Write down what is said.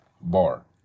bar